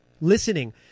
listening